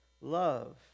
love